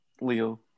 Leo